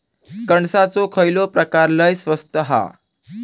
कणसाचो खयलो प्रकार लय स्वस्त हा?